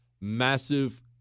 massive